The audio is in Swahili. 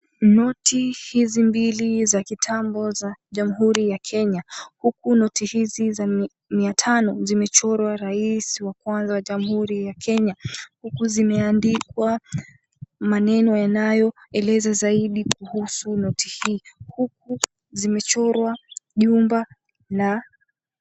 Noti hizi mbili za kitambo za jamhuri ya Kenya, huku noti hizi za mia tano zimechorwa rais wa kwanza wa Kenya. Huku zimeandikwa maneno yanayoeleza zaidi kuhusu noti hii, huku zimechorwa jumba na.